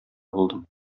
булдым